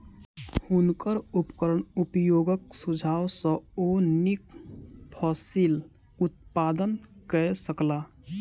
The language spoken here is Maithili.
हुनकर उपकरण उपयोगक सुझाव सॅ ओ नीक फसिल उत्पादन कय सकला